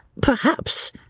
Perhaps